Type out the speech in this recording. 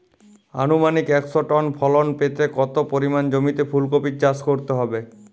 আনুমানিক একশো টন ফলন পেতে কত পরিমাণ জমিতে ফুলকপির চাষ করতে হবে?